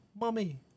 mummy